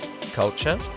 culture